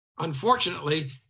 Unfortunately